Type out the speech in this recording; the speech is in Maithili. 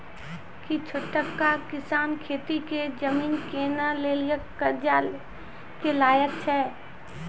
कि छोटका किसान खेती के जमीन किनै लेली कर्जा लै के लायक छै?